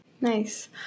Nice